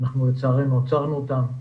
לצערנו עצרנו אותן.